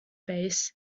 base